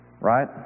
Right